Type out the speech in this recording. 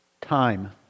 time